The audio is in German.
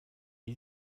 wie